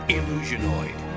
Illusionoid